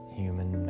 human